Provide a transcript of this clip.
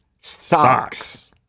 socks